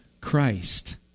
Christ